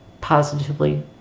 Positively